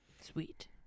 sweet